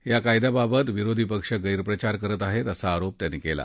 या कायद्याबाबत विरोधी पक्ष गैरप्रचार करत आहेत असा आरोप त्यांनी केला